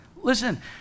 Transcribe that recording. listen